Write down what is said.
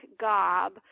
gob